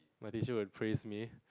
my teacher will praise me